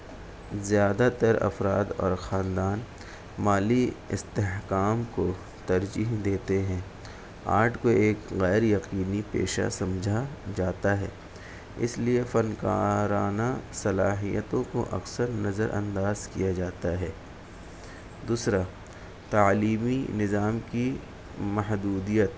زیادہ تر افراد اور خاندان مالی استحکام کو ترجیح دیتے ہیں آرٹ کو ایک غیر یقینی پیشہ سمجھا جاتا ہے اس لیے فنکارانہ صلاحیتوں کو اکثر نظر انداز کیا جاتا ہے دوسرا تعلیمی نظام کی محدودیت